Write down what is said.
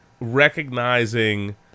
recognizing